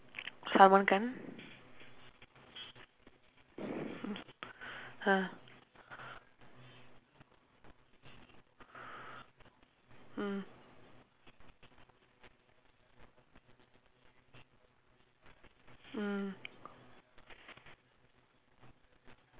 summer camp ah mm mm